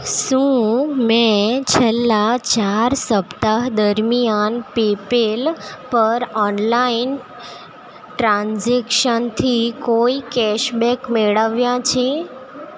શું મેં છેલ્લા ચાર સપ્તાહ દરમિયાન પેપેલ પર ઓનલાઈન ટ્રાન્ઝેક્શનથી કોઈ કેશબેક મેળવ્યા છે